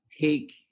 take